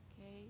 Okay